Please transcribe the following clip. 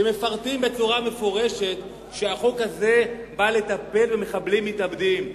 שמפרטים בצורה מפורשת שהחוק הזה נועד לטפל במחבלים מתאבדים.